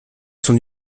son